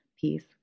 peace